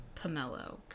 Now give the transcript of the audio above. pomelo